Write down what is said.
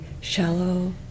shallow